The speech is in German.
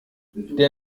der